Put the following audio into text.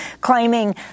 claiming